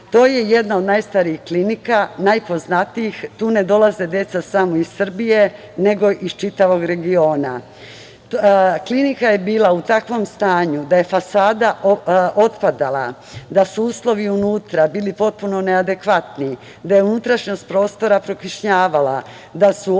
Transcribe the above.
To je jedna od najstarijih klinika, najpoznatijih, tu ne dolaze deca samo iz Srbije, nego iz čitavog regiona. Klinika je bila u takvom stanju da je fasada otpadala, da su uslovi unutra bili potpuno neadekvatni, da je unutrašnjost prokišnjavala, da su oluci bili